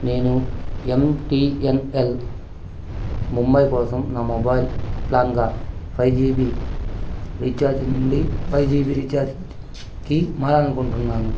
నేను M T N L Mumbai కోసం నా మొబైల్ ప్లాన్గా ఫైవ్ జీ బీ రీఛార్జ్ నుండి ఫైవ్ జీ బీ రీఛార్జ్కి మారాలనుకుంటున్నాను